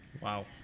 Wow